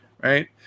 right